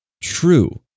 true